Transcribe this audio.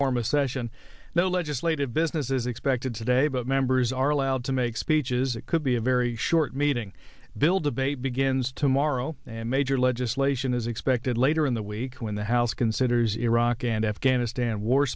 a session the legislative business is expected today but members are allowed to make speeches it could be a very short meeting bill debate begins tomorrow and major legislation is expected later in the week when the house considers iraq and afghanistan war